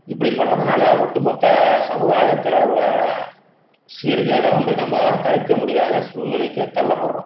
இப்படி பண்ணுறதுனால ஒட்டு மொத்த சமுதாயத்தில் உள்ள சீர்கேடை வந்து நம்பளால் தடுக்க முடியாத சூழ்நிலைக்கு தள்ளப்படுறோம்